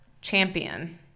Champion